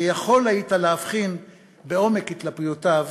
ויכול היית להבחין בעומק התלבטויותיו